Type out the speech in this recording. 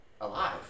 alive